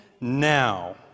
now